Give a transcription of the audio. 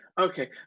Okay